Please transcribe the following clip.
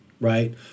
right